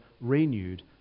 renewed